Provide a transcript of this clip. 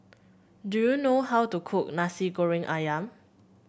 do you know how to cook Nasi Goreng ayam